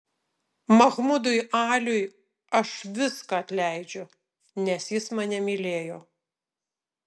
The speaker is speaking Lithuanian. mahmudui aliui aš viską atleidžiu nes jis mane mylėjo